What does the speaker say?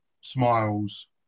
smiles